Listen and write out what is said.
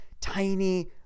tiny